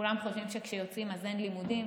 כולם חושבים שכשיוצאים אין לימודים,